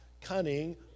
cunning